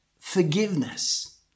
forgiveness